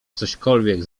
cośkolwiek